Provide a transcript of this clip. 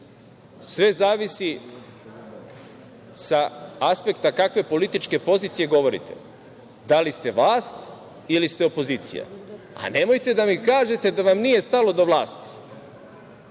Sve zavisi sa aspekta kakve političke pozicije govorite, da li ste vlast ili ste opozicija. Nemojte da mi kažete da vam nije stalo do vlasti. Ne